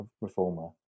reformer